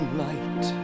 light